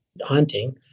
hunting